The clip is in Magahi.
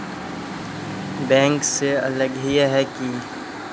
बैंक से अलग हिये है की?